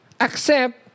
Accept